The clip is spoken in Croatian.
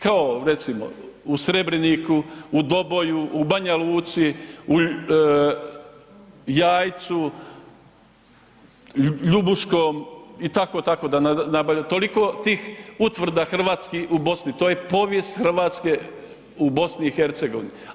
Kao recimo u Srebreniku, u Doboju, u Banja Luci, Jajcu, Ljubuškom i tako, tako, toliko tih utvrda hrvatskih u Bosni, to je povijest Hrvatske u BiH-u.